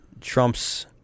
Trump's